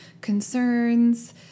concerns